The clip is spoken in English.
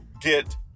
get